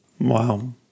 wow